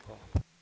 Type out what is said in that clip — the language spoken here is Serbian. Hvala.